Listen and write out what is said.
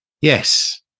Yes